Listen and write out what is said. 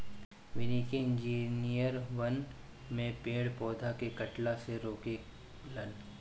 वानिकी इंजिनियर वन में पेड़ पौधा के कटला से रोके लन